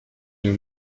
nous